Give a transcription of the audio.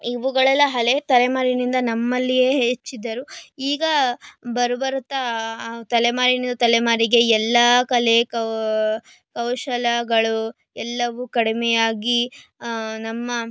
ಇವುಗಳೆಲ್ಲ ಹಳೆ ತಲೆಮಾರಿನಿಂದ ನಮ್ಮಲ್ಲಿಯೇ ಹೆಚ್ಚಿದ್ದರು ಈಗ ಬರು ಬರುತ್ತಾ ತಲೆಮಾರಿನಿಂದ ತಲೆಮಾರಿಗೆ ಎಲ್ಲ ಕಲೆ ಕೌಶಲ್ಯಗಳು ಎಲ್ಲವೂ ಕಡಿಮೆಯಾಗಿ ನಮ್ಮ